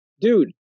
dude